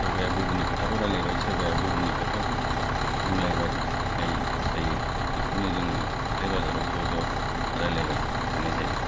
सोरबाया गुबुननि खोथाखौ रायलायबाय सोरबाया गुबुननि खोथाखौ बुंलायबायनाय जायो बेखौनो जोङो हाथाय बाजाराव ज' ज' रायलायबाय थानाय जायो